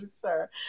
sure